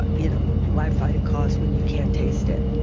ah you know why fight a cause when you can't taste it?